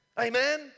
Amen